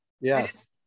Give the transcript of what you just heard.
Yes